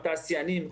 התעשיינים אומרים,